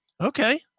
Okay